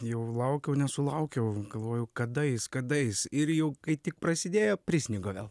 jau laukiau nesulaukiau galvojau kadais kadais ir jau kai tik prasidėjo prisnigo vėl